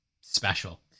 special